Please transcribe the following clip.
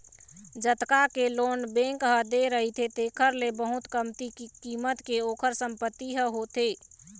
जतका के loan bank ह दे रहिथे तेखर ले बहुत कमती कीमत के ओखर संपत्ति ह होथे